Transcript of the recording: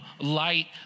light